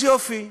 אז יופי,